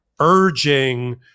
urging